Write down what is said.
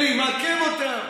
אלי, מעכב אותן.